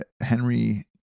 Henry